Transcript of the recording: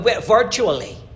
virtually